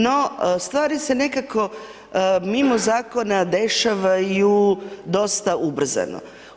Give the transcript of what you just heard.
No, stvari se nekako, mimo zakona dešavaju dosta ubrzano.